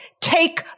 Take